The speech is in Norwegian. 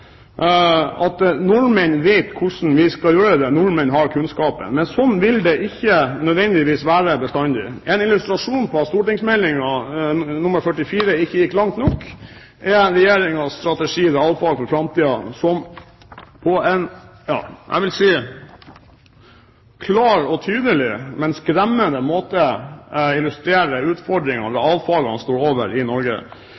at nordmenn vet hvordan man skal gjøre det, nordmenn har kunnskapen. Men slik vil det ikke nødvendigvis være bestandig. En illustrasjon på at St.meld. nr. 44 ikke gikk langt nok, er Regjeringens strategi for realfag for framtiden som på en – vil jeg si – klar og tydelig, men skremmende